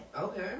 Okay